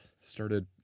started